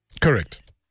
Correct